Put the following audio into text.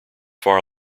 far